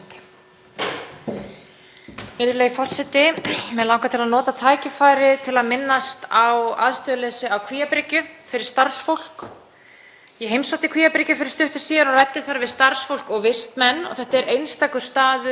Ég heimsótti Kvíabryggju fyrir stuttu og ræddi við starfsfólk og vistmenn. Þetta er einstakur staður í réttarvörslukerfinu en aðstaðan er engin fyrir starfsfólk. Þetta snýst ekki bara um að það sé einn starfsmaður á vakt út frá öryggismálum. Nei,